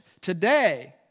today